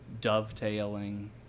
dovetailing